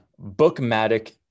Bookmatic